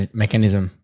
mechanism